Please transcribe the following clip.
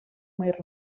més